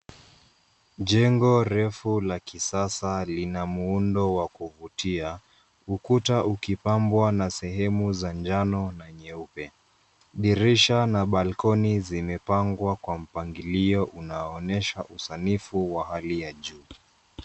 Jengo refu la kisasa lina muundo wa kuvutia, ukuta ukipambwa na sehemu za njano na nyeupe .DIrisha na balkoni zimepangwa kwa mpangilio unao onesha usanifu wa hali ya juu.